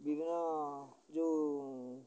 ବିଭିନ୍ନ ଯେଉଁ